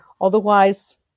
otherwise